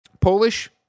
Polish